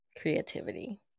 creativity